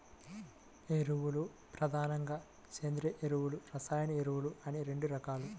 ఎరువులు ప్రధానంగా సేంద్రీయ ఎరువులు, రసాయన ఎరువులు అని రెండు రకాలు